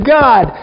God